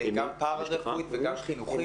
גם פארה-רפואית וגם חינוכית.